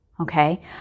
okay